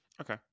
Okay